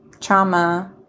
trauma